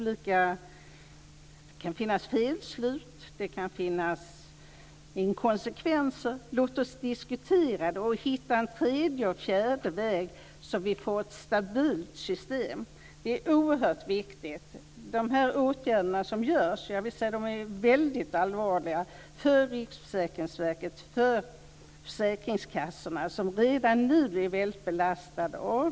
Det kan finnas felslut. Det kan finnas inkonsekvenser. Låt oss diskutera det och hitta en tredje och fjärde väg, så att vi får ett stabilt system. Det är oerhört viktigt. Jag vill säga att de åtgärder som vidtas är väldigt allvarliga för Riksförsäkringsverket och för försäkringskassorna, som redan nu är väldigt belastade av